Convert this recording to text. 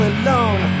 alone